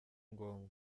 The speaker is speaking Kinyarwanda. ngombwa